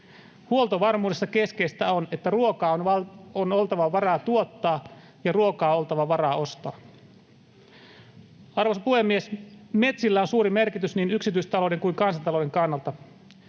Huoltovarmuudessa keskeistä on, että ruokaa on oltava varaa tuottaa ja ruokaa on oltava varaa ostaa. Arvoisa puhemies! Metsillä on suuri merkitys niin yksityistalouden kuin kansantalouden kannalta.